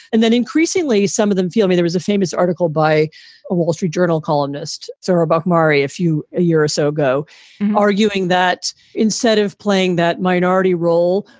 and then increasingly, some of them feel i mean, there was a famous article by a wall street journal columnist, sawbuck maari, if you a year or so ago arguing that instead of playing that minority role,